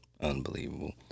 Unbelievable